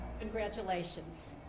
Congratulations